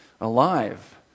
alive